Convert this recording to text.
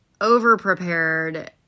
overprepared